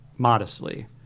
Modestly